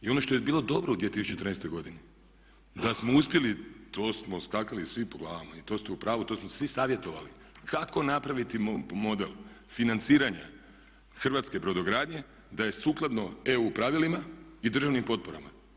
I ono što je bilo dobro u 2013. godini, da smo uspjeli, to smo skakali svi po glavama i to ste u pravu, to smo svi savjetovali kako napraviti model financiranja hrvatske brodogradnje da je sukladno EU pravilima i državnim potporama.